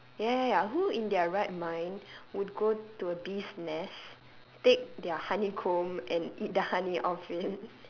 ya ya ya who in their right mind would go to a bee's nest take their honeycomb and eat the honey off it